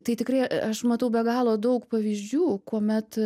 tai tikrai aš matau be galo daug pavyzdžių kuomet